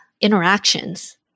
interactions